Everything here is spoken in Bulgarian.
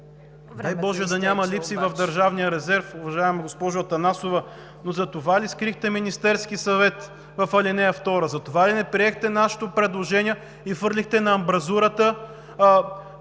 дай боже, да няма липси в Държавния резерв, госпожо Атанасова, за това ли скрихте Министерския съвет в ал. 2? Затова ли не приехте нашето предложение и хвърлихте на амбразурата